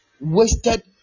wasted